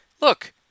look